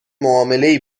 معاملهای